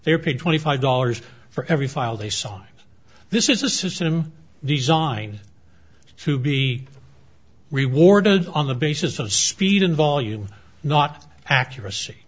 were paid twenty five dollars for every file they saw this is a system designed to be rewarded on the basis of speed and volume not accuracy